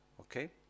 okay